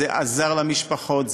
זה עזר למשפחות,